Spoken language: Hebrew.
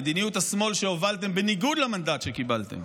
מדיניות השמאל שהובלתם בניגוד למנדט שקיבלתם